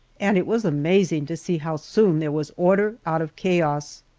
and it was amazing to see how soon there was order out of chaos.